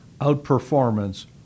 outperformance